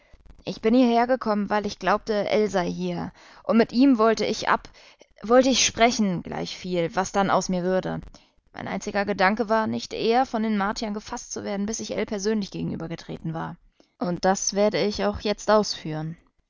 ich bin hierhergekommen weil ich glaubte ell sei hier und mit ihm wollte ich ab wollte ich sprechen gleichviel was dann aus mir würde mein einziger gedanke war nicht eher von den martiern gefaßt zu werden bis ich ell persönlich gegenübergetreten war und das werde ich auch jetzt ausführen